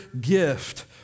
gift